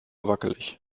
wackelig